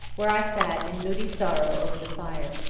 where i sat in moody sorrow over the fire.